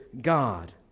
God